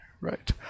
Right